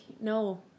no